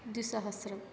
द्विसहस्रं